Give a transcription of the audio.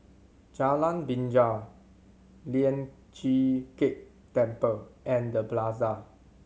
Jalan Binjai Lian Chee Kek Temple and The Plaza